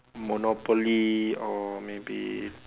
Monopoly or maybe